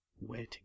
waiting